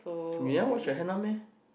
without wash your hand on meh